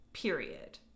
Period